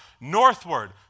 northward